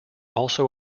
also